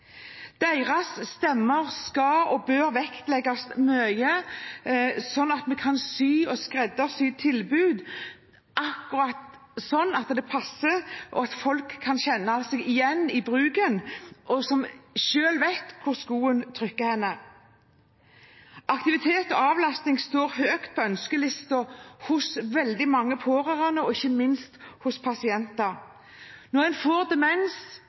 Deres stemmer skal og bør vektlegges mye, sånn at vi kan skreddersy akkurat det tilbudet som passer, og at folk kan kjenne seg igjen i bruken – de som selv vet hvor skoen trykker. Aktivitet og avlastning står høyt på ønskelisten hos veldig mange pårørende, og ikke minst hos pasienter. Når en får demens